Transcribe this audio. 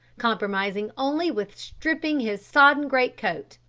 compromising only with stripping his sodden great coat.